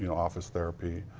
you know office therapy.